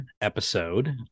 episode